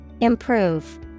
Improve